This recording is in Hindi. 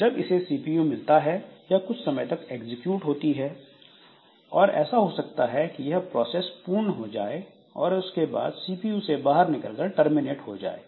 जब इसे सीपीयू मिलता है यह कुछ समय तक एग्जीक्यूट होती है और ऐसा हो सकता है कि यह प्रोसेस पूर्ण हो जाए और उसके बाद सीपीयू से बाहर निकलकर टर्मिनेट हो जाए